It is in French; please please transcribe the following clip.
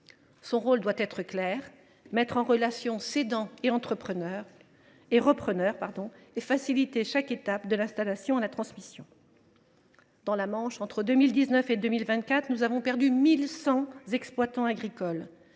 Son rôle doit être clair : mettre en relation cédants et repreneurs, et faciliter chaque étape, de l’installation à la transmission. Dans la Manche, entre 2019 et 2024, nous avons perdu 1 100 exploitants agricoles.